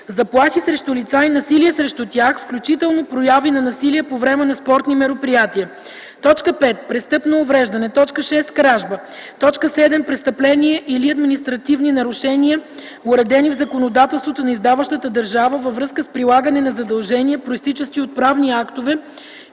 заплахи срещу лица и насилие срещу тях, включително прояви на насилие по време на спортни мероприятия; 5. престъпно увреждане; 6. кражба; 7. престъпления или административни нарушения, уредени в законодателството на издаващата държава във връзка с прилагане на задължения, произтичащи от правни актове,